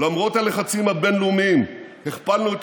למרות הלחצים הבין-לאומיים הכפלנו את